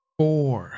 four